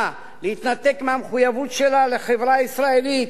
להתנתק מהמחויבות שלה לחברה הישראלית